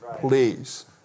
please